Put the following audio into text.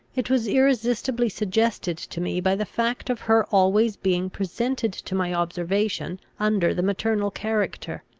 it was irresistibly suggested to me by the fact of her always being presented to my observation under the maternal character.